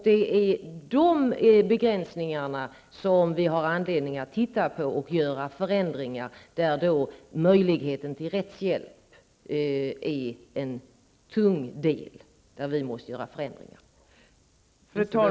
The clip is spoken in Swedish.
Vi har anledning att titta på dessa begränsningar och göra förändringar. Möjligheten till rättshjälp blir då en tung del.